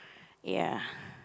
ya